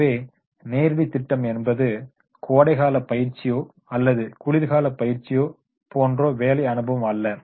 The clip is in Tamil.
எனவே நேரடி திட்டம் என்பது கோடைகால பயிற்சியோ அல்லது குளிர்கால பயிற்சியோ போன்ற பணி அனுபவமோ அல்ல